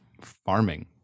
farming